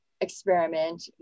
experiment